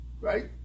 Right